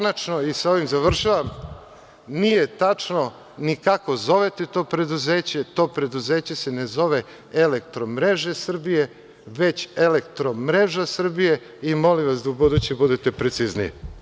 Na kraju, sa ovim završavam, nije tačno ni kako zovete to preduzeće, to preduzeće se ne zove „Elektromreže Srbije“, već „Elektromreža Srbije“ i molim vas da u buduće budete precizniji.